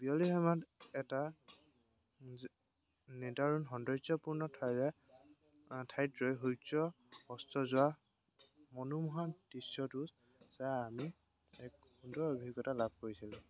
বিয়লি সময়ত এটা নিদাৰুণ সৌন্দৰ্যপূৰ্ণ ঠাইৰে ঠাইত সূৰ্য অস্ত যোৱা মনোমোহা দৃশ্যটো চাই আমি এক সুন্দৰ অভিজ্ঞতা লাভ কৰিছিলোঁ